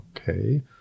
okay